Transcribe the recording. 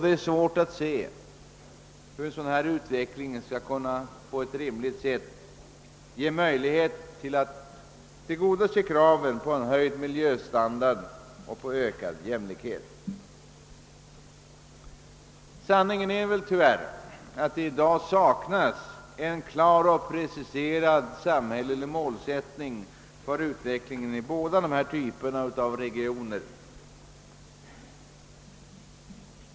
Det är svårt att se hur man med en sådan utveckling skall kunna på ett rimligt sätt skapa möjligheter att tillgodose kraven på en höjd miljöstandard och ökad jämlikhet. Sanningen är att det i dag tyvärr saknas en klar samhällelig målsättning för utvecklingen i båda dessa typer av regioner.